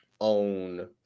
own